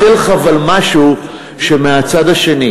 אבל אני אתן לך משהו מהצד השני.